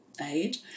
aid